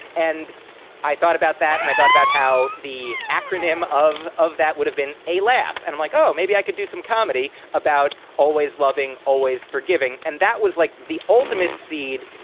and i thought about that. and i thought about how the acronym of of that would have been a laugh and like, oh, maybe i could do some comedy about always loving, always forgiving. and that was like the ultimate seed.